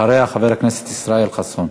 אחריה, חבר הכנסת ישראל חסון.